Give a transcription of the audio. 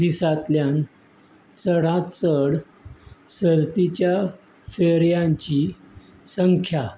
दिसांतल्यान चडांत चड सर्तीच्या फेरयांची संख्या